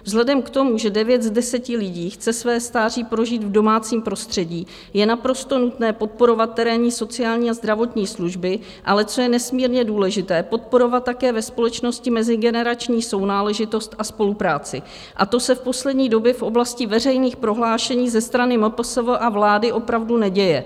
Vzhledem k tomu, že 9 z 10 lidí chce své stáří prožít v domácím prostředí, je naprosto nutné podporovat terénní sociální a zdravotní služby, ale co je nesmírně důležité, podporovat také ve společnosti mezigenerační sounáležitost a spolupráci, a to se v poslední době v oblasti veřejných prohlášení ze strany MPSV a vlády opravdu neděje.